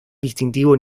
distintivo